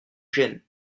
gêne